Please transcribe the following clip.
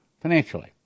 financially